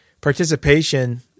participation